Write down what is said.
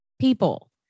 people